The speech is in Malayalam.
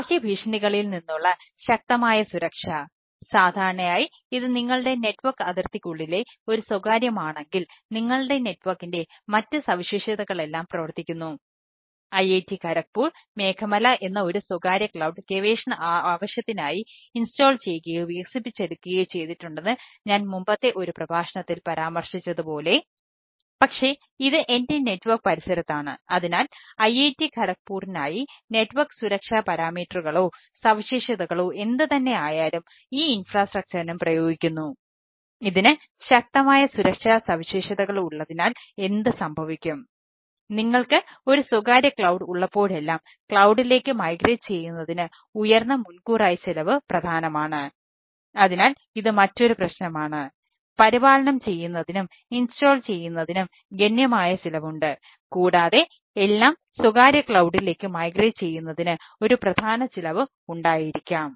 ബാഹ്യ ഭീഷണികളിൽ നിന്നുള്ള ശക്തമായ സുരക്ഷ സാധാരണയായി ഇത് നിങ്ങളുടെ നെറ്റ്വർക്ക് ചെയ്യുന്നതിന് ഒരു പ്രധാന ചിലവ് ഉണ്ടായിരിക്കാം